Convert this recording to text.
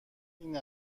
این